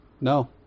No